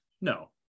No